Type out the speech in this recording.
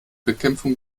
bekämpfung